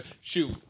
Shoot